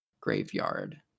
graveyard